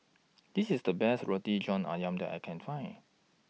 This IS The Best Roti John Ayam that I Can Find